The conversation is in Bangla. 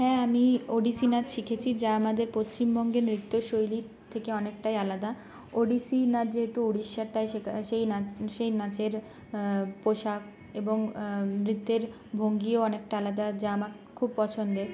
হ্যাঁ আমি ওড়িশি নাচ শিখেছি যা আমাদের পশ্চিমবঙ্গের নৃত্যশৈলীর থেকে অনেকটাই আলাদা ওডিসি নাচ যেহেতু উড়িষ্যার তাই সেখান সেই সেই নাচের পোশাক এবং নৃত্যের ভঙ্গীও অনেকটা আলাদা যা আমার খুব পছন্দের